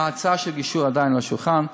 ההצעה של הגישור עדיין על השולחן.